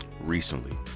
recently